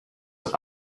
that